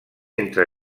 entre